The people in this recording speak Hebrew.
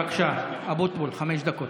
בבקשה, אבוטבול, חמש דקות.